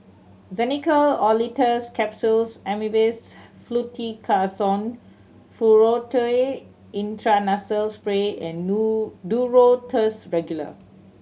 Xenical Orlistat Capsules Avamys Fluticasone Furoate Intranasal Spray and Duro Tuss Regular